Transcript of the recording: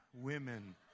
Women